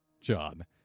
John